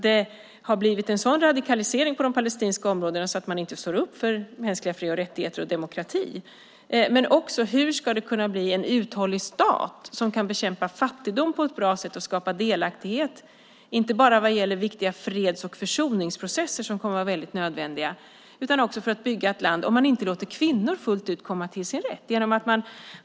Det har blivit en sådan radikalisering på de palestinska områdena att man inte står upp för mänskliga fri och rättigheter och demokrati. Hur ska det kunna bli en uthållig stat som kan bekämpa fattigdom på ett bra sätt och skapa delaktighet, inte bara vad gäller viktiga freds och försoningsprocesser som kommer att vara nödvändiga utan också för att bygga ett land, om man inte låter kvinnor komma till sin rätt fullt ut?